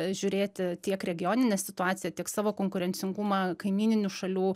žiūrėti tiek regioninę situaciją tiek savo konkurencingumą kaimyninių šalių